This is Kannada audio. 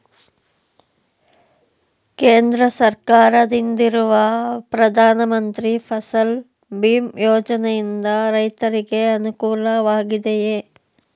ಕೇಂದ್ರ ಸರ್ಕಾರದಿಂದಿರುವ ಪ್ರಧಾನ ಮಂತ್ರಿ ಫಸಲ್ ಭೀಮ್ ಯೋಜನೆಯಿಂದ ರೈತರಿಗೆ ಅನುಕೂಲವಾಗಿದೆಯೇ?